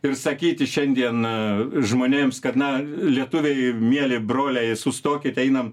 ir sakyti šiandien a žmonėms kad na lietuviai mieli broliai sustokit einam